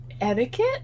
Etiquette